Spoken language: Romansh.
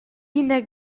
ina